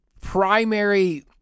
primary